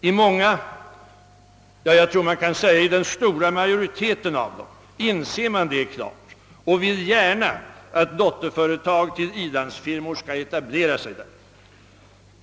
I många, för att inte säga den stora majoriteten av dem, inser man det klart och vill gärna att dotterföretag till i-landsfirmor skall etablera sig där.